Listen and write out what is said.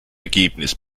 ergebnis